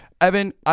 Evan